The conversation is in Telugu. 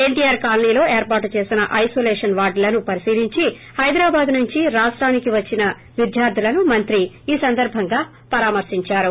ఎన్టీఆర్ కాలనీలో ఏర్పాటు చేసిన ఐనోలేషన్ వార్డులను పరిశీలించి హైదరాబాద్ నుండి రాష్టానికి వచ్చిన విద్యార్దులను మంత్రి పరామర్శించారు